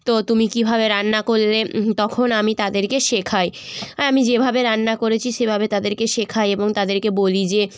তো তুমি কীভাবে রান্না করলে তখন আমি তাদেরকে শেখাই আমি যেভাবে রান্না করেছি সেভাবে তাদেরকে শেখাই এবং তাদেরকে বলি যে